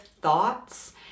thoughts